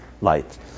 light